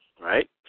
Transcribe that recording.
right